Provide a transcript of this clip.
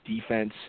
defense